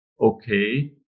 okay